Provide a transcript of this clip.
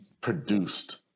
produced